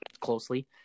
closely